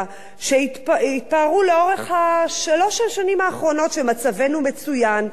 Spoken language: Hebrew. שהתפארו לאורך שלוש השנים האחרונות שמצבנו מצוין,